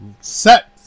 set